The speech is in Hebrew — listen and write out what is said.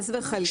חס וחלילה.